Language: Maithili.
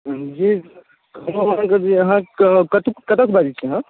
जी हमरा जे अहाँकेँ कतय कतयसँ बाजै छी अहाँ